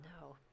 No